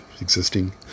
existing